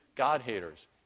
God-haters